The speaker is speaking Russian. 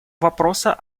вопроса